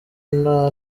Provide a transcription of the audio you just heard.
nta